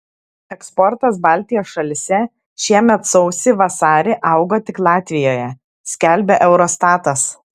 eksportas baltijos šalyse šiemet sausį vasarį augo tik latvijoje skelbia eurostatas